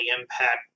impact